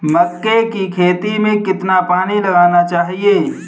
मक्के की खेती में कितना पानी लगाना चाहिए?